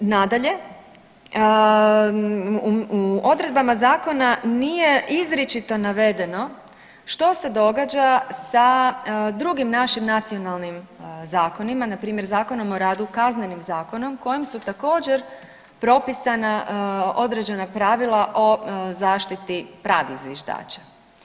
Nadalje, u odredbama zakona nije izričito navedeno što se događa sa drugim našim nacionalnim zakonima, npr. Zakonom o radu, Kaznenim zakonom kojim su također propisana određena pravila o zaštiti pravih zviždača.